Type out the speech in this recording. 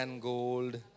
gold